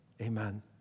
Amen